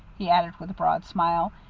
he added with a broad smile,